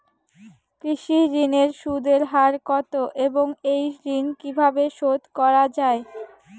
কৃষি ঋণের সুদের হার কত এবং এই ঋণ কীভাবে শোধ করা য়ায়?